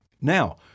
Now